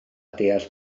deall